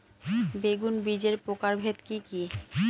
বেগুন বীজের প্রকারভেদ কি কী?